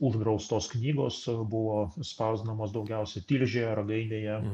uždraustos knygos buvo spausdinamos daugiausiai tilžėje ragainėje